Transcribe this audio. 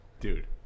Dude